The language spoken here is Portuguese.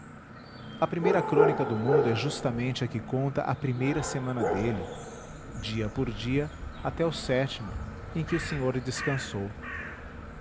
a primeira crônica do mundo é justamente a que conta a primeira semana dele dia por dia até o sétimo em que o senhor descansou